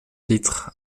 titre